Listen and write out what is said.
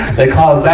they called